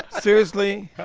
seriously,